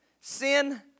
sin